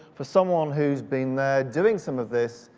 for someone who's been there doing some of this,